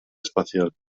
espacial